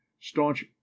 staunch